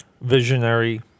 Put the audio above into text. visionary